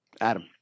Adam